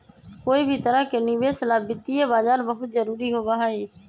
कोई भी तरह के निवेश ला वित्तीय बाजार बहुत जरूरी होबा हई